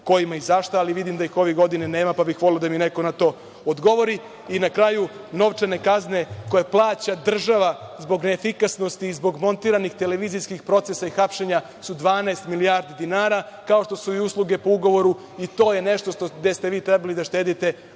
kojima i za šta, ali vidim da ih ove godine nema, pa bih voleo da mi neko na to odgovori.I na kraju, novčane kazne koje plaća država zbog neefikasnosti i zbog montiranih televizijskih procesa i hapšenja su 12 milijardi dinara, kao što su i usluge po ugovoru, i to je nešto gde ste vi trebali da štedite,